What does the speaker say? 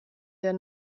der